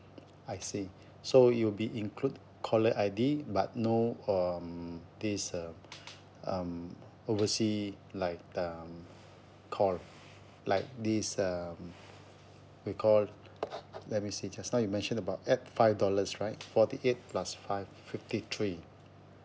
I see so it will be include caller I_D but no um this uh um oversea like um call like this um we call let me see just now you mentioned about add five dollars right forty eight plus five fifty three